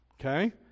Okay